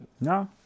No